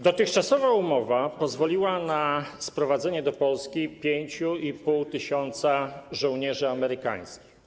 Dotychczasowa umowa pozwoliła na sprowadzenie do Polski 5,5 tys. żołnierzy amerykańskich.